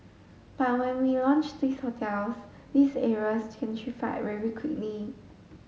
but when we launched these hotels these areas gentrified very quickly